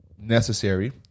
necessary